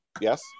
yes